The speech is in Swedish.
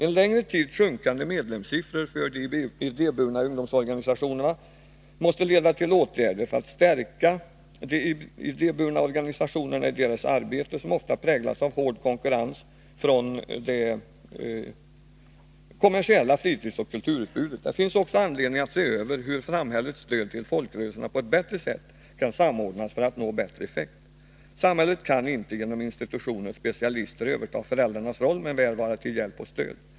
En längre tids sjunkande medlemssiffror för de idéburna ungdomsorganisationerna måste leda till åtgärder för att stärka de idéburna organisationernai deras arbete, som ofta präglas av hård konkurrens från det kommersiella fritidsoch kulturutbudet. Det finns också anledning att se över hur samhällets stöd till folkrörelserna på ett bättre sätt kan samordnas för att nå bättre effekt. Samhället kan inte genom institutioner och specialister överta föräldrarnas roll, men väl vara till hjälp och stöd.